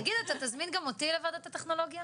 תזמין גם אותי לוועדת הטכנולוגיה?